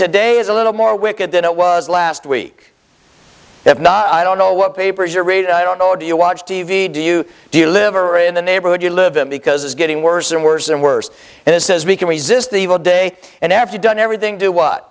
today is a little more wicked than it was last week if not i don't know what papers are read i don't know do you watch t v do you do you live or in the neighborhood you live in because it's getting worse and worse and worse and it says we can resist the evil day and after done everything do what